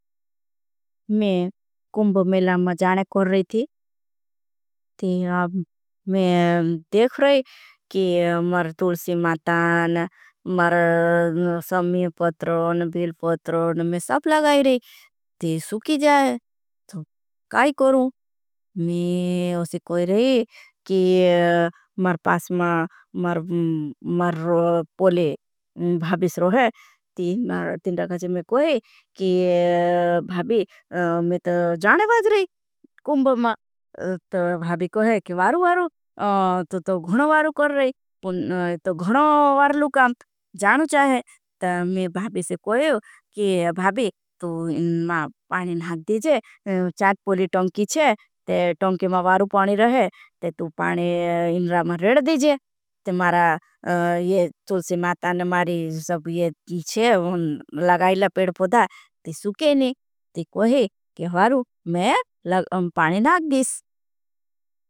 मैं कुम्ब मेला में जाने कर रही थी मैं देख रही कि मारे तुलसी मातान मारे समी पत्र नभील पत्र मैं सब लगाई रही ती सुकी जाए तो काई। करूँ मैं उसे कोई रही कि मारे पास मारे पोले भाबी। से रहे ती मारे तुलसी में कोई कि भाबी मैं तो जाने बाज रही कुम्ब। मातान तो भाबी कोई कि वारू वारू तो तो गुणवारू कर रही तो। गुणवारू काम जाने चाहें ता मैं भाबी से कोई रही कि भाबी पानी नाख। दीजेीर चाईद पोले टॉंक कीर ही ते टॉंक की मारू पानी रहे ते तू पानी। इनरा में रेडदीजे तो मारा तोसे मातान मारे जब ये गीच है वोन लगाईला। पेड़ पोदा ते सुकेने ते कोहे के हारू मैं लगाईला पाने नाग गीस।